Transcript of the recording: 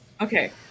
Okay